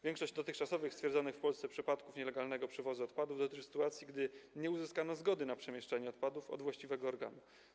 Większość dotychczas stwierdzonych w Polsce przypadków nielegalnego przywozu odpadów dotyczy sytuacji, gdy nie uzyskano zgody na przemieszczenie odpadów od właściwego organu.